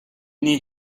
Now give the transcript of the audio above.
need